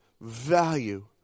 value